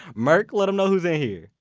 merk, let him know who's in here.